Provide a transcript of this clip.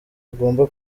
ugomba